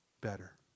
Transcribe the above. better